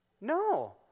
No